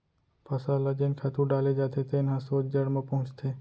फसल ल जेन खातू डाले जाथे तेन ह सोझ जड़ म पहुंचथे